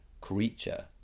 creature